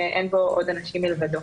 שאין בו עוד אנשים מלבדו.